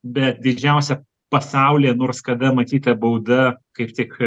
bet didžiausia pasaulyje nors kada matyta bauda kaip tik